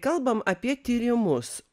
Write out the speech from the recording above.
kalbam apie tyrimus